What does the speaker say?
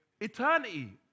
eternity